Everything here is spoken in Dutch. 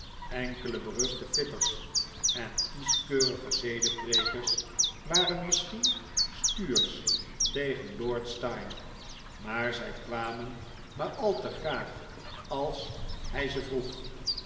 enkele beruchte vitters en kieskeurige zedenpreekers waren misschien stuursch tegen lord steyne maar zij kwamen maar al te graag als hij ze vroeg